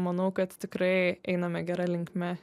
manau kad tikrai einame gera linkme